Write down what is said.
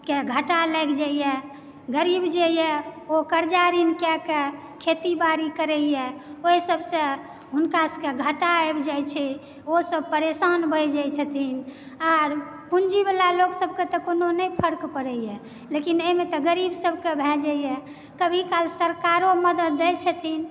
के घाटा लागि जाइया गरीब जे भय ओ कर्जा ऋण कयके खेती बाड़ी करैया ओहीसभ सऽ हुनका सबके घाटा आबि जाइ छै ओसब परेशान भय जाइ छथिन आर पूँजी बला लोकसभ के तऽ कोनो नहि फर्क पड़ैया लेकिन एहि मे तऽ गरिब सबके भय जाइया कभी काल सरकार ओ मदद दै छथिन